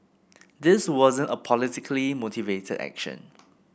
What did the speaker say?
this wasn't a politically motivated action